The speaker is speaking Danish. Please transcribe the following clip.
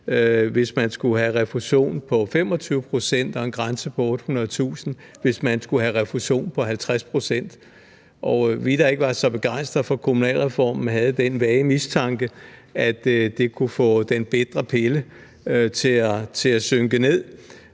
hvis man skulle have refusion på 25 pct., og en grænse på 800.000, hvis man skulle have refusion på 50 pct. Vi, der ikke var så begejstrede for kommunalreformen, havde den vage mistanke, at det kunne få den bitre pille til at synke ned,